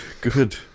Good